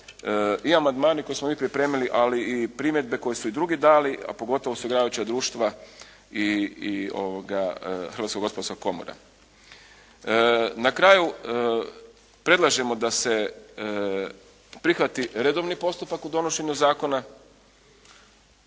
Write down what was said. i amandmani koje smo mi pripremili ali i primjedbe koje su i drugi dali a pogotovo osiguravajuća društva i Hrvatska gospodarska komora. Na kraju predlažemo da se prihvati redovni postupak u donošenju zakona,